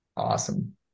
Awesome